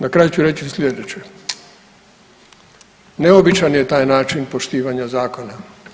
Na kraju ću reći slijedeće, neobičan je taj način poštivanja zakona.